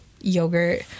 yogurt